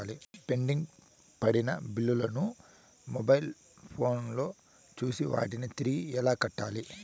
pending పడిన బిల్లులు ను మొబైల్ ఫోను లో చూసి వాటిని తిరిగి ఎలా కట్టాలి